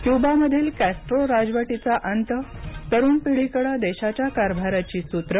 क्युबामधील Castro राजवटीचा अंत तरुण पिढीकडे देशाच्या कारभाराची सूत्रे